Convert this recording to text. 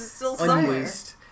unused